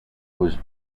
was